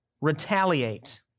retaliate